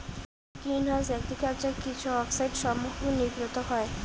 green house agriculture কিছু অক্সাইডসমূহ নির্গত হয়